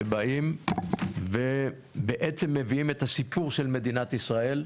שבאים ובעצם מביאים את הסיפור של מדינת ישראל,